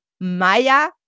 Maya